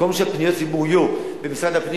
במקום שפניות הציבור יהיו במשרד הפנים